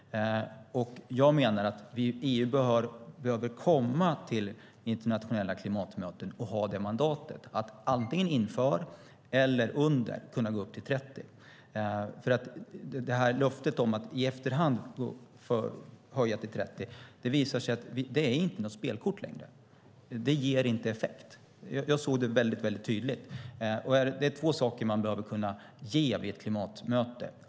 Jag menar att EU behöver kunna komma till internationella klimatmöten och ha mandatet att antingen inför eller under mötet kunna gå upp till 30 procent. Löftet om att i efterhand höja till minus 30 är inget spelkort längre. Det ger inte effekt. Jag såg det väldigt tydligt. Det är två saker man behöver kunna ge vid ett klimatmöte.